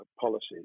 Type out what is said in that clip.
policies